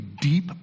deep